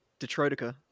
Detroitica